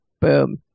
Boom